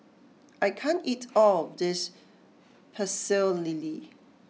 I can't eat all of this Pecel Lele